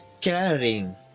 caring